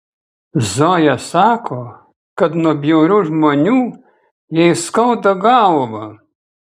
zoja sako kad nuo bjaurių žmonių jai skauda galvą